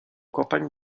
campagnes